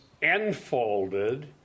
enfolded